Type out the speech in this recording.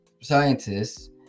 scientists